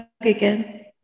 again